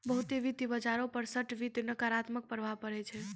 बहुते वित्त बाजारो पर शार्ट वित्त रो नकारात्मक प्रभाव पड़ै छै